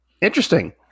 Interesting